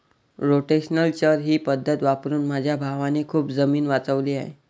rotational चर ही पद्धत वापरून माझ्या भावाने खूप जमीन वाचवली आहे